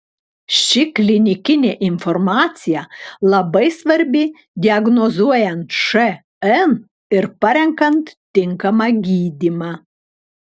ši klinikinė informacija labai svarbi diagnozuojant šn ir parenkant tinkamą gydymą